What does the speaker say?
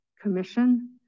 commission